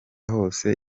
hose